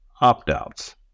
Opt-outs